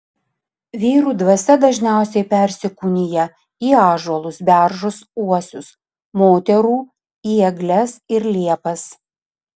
vyrų dvasia dažniausiai persikūnija į ąžuolus beržus uosius moterų į egles ir liepas